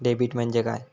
Debit म्हणजे काय?